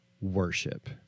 worship